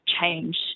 change